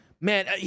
man